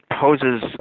poses